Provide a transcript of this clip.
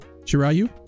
Shirayu